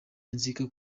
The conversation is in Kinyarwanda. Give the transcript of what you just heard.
inzika